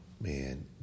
man